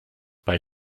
bei